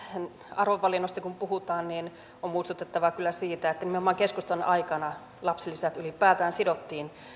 arvovalinnoista kun puhutaan niin on kyllä muistutettava siitä että nimenomaan keskustan aikana lapsilisät ylipäätään sidottiin